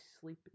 sleep